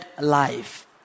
life